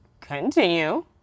Continue